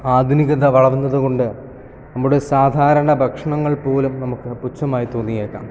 ആധുനികത വളർന്നതുകൊണ്ട് നമ്മുടെ സാധാരണ ഭക്ഷണങ്ങൾ പോലും നമുക്ക് പുച്ഛമായി തോന്നിയേക്കാം